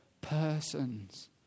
persons